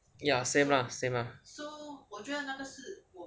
ya same lah same lah